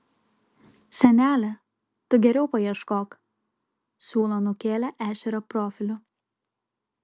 senele tu geriau paieškok siūlo anūkėlė ešerio profiliu